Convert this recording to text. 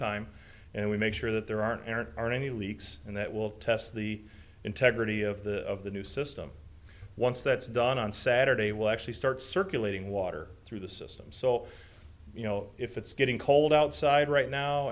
time and we make sure that there aren't errant aren't any leaks and that will test the integrity of the of the new system once that's done on saturday will actually start circulating water through the system so you know if it's getting cold outside right now